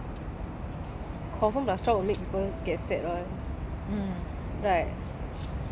cause like confirm like something that taste good confirm will make people get fat [one]